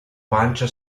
pancia